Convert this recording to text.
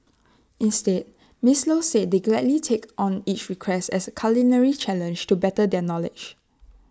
instead miss low said they gladly take on each request as A culinary challenge to better their knowledge